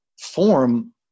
form